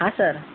हां सर